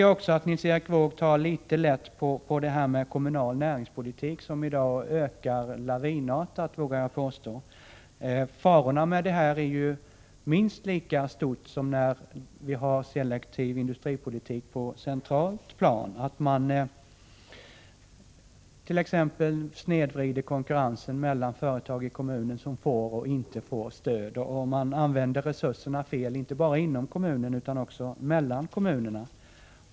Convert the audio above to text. Jag tycker att Nils Erik Wååg tar litet för lätt på frågan om kommunal näringspolitik, som ökar lavinartat. Farorna med detta är minst lika stora som med selektiv industripolitik på centralt plan för att t.ex. konkurrensen mellan företag i kommuner som får resp. inte får stöd snedvrids och för att resurserna används fel inte bara inom kommunen utan också mellan kommunerna.